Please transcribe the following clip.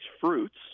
fruits